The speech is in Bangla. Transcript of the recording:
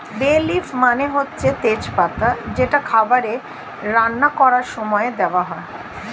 বে লিফ মানে হচ্ছে তেজ পাতা যেটা খাবারে রান্না করার সময়ে দেওয়া হয়